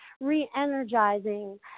re-energizing